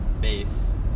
base